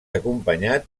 acompanyat